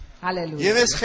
Hallelujah